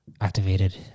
activated